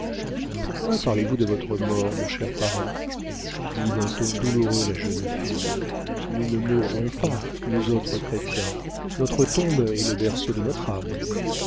pourquoi parlez-vous de votre mort mon cher parrain dit d'un ton douloureux la jeune fille nous ne mourrons pas nous autres chrétiens notre tombe est le berceau de notre âme